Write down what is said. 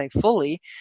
fully